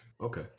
Okay